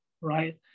right